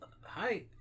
hi